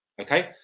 Okay